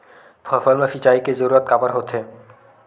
फसल मा सिंचाई के जरूरत काबर होथे?